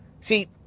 See